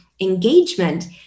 engagement